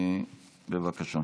בבקשה.